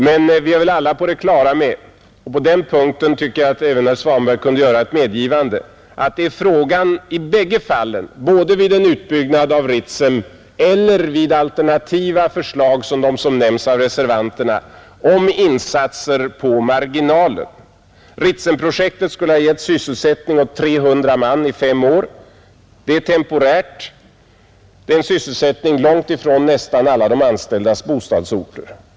Men vi är väl alla på det klara med — och på den punkten tycker jag att även herr Svanberg kunde göra ett medgivande — att det i båda fallen, vid en utbyggnad av Ritsem eller vid alternativa förslag som de som nämnts av reservanterna, blir fråga om insatser på marginalen, Ritsemprojektet skulle ha gett sysselsättning åt 300 man under fem år. Det är temporärt. Det är en sysselsättning långt ifrån nästan alla de anställdas bostadsorter.